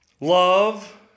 love